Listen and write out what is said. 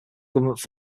government